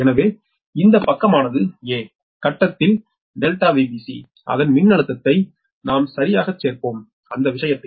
எனவே இந்த பக்கமானது 'a' கட்டத்தில் ΔVbc அந்த மின்னழுத்தத்தை நாம் சரியாகச் சேர்ப்போம் அந்த விஷயத்தில்